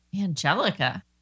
Angelica